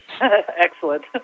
Excellent